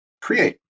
create